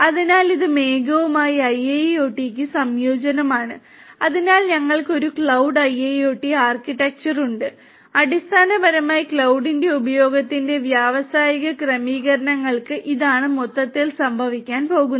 അതിനാൽ ഇത് മേഘവുമായുള്ള IIoT ന്റെ സംയോജനമാണ് അതിനാൽ ഞങ്ങൾക്ക് ഒരു ക്ലൌഡ് IIoT ആർക്കിടെക്ചർ ഉണ്ട് അടിസ്ഥാനപരമായി ക്ലൌഡിന്റെ ഉപയോഗത്തിന്റെ വ്യാവസായിക ക്രമീകരണങ്ങൾക്ക് ഇതാണ് മൊത്തത്തിൽ സംഭവിക്കാൻ പോകുന്നത്